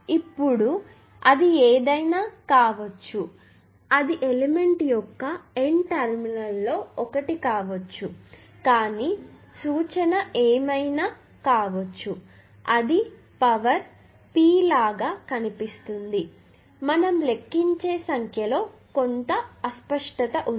ఇప్పుడు అది ఏదైనా కావచ్చు అది ఎలిమెంట్ యొక్క N టెర్మినల్ లో ఒకటి కావచ్చు కానీ సూచన ఏమైనా కావచ్చు అది పవర్ P లాగా కనిపిస్తుంది మనం లెక్కించే సంఖ్యలో కొంత అస్పష్టత ఉంది